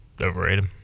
overrated